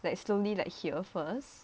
like slowly like here first